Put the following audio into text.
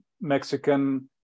Mexican